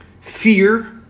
fear